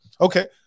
Okay